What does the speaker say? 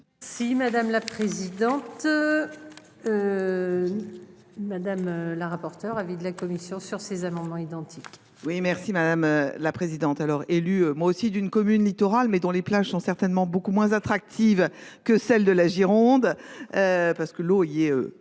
Si madame la présidente. Madame la rapporteure avis de la commission sur ces amendements identiques. Oui merci madame la présidente alors élue moi aussi d'une commune littorale mais dont les plages sont certainement beaucoup moins attractive que celle de la Gironde. Parce que l'eau, il est